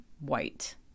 white